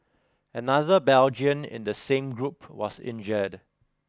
another Belgian in the same group was injured